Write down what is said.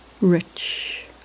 rich